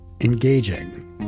engaging